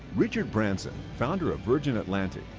richard branson, founder of virgin atlantic,